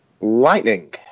lightning